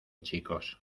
chicos